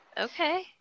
Okay